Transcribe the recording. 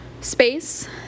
space